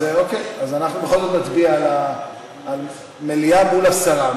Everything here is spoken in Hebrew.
אוקיי, אז אנחנו בכל זאת נצביע על מליאה מול הסרה.